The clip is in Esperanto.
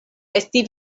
esti